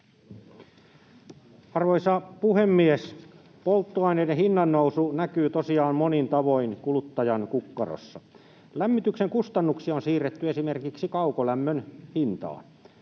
Arvoisa puhemies! Polttoaineiden hinnannousu näkyy tosiaan monin tavoin kuluttajan kukkarossa. Lämmityksen kustannuksia on siirretty esimerkiksi kaukolämmön hintaan.